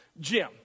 Jim